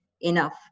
enough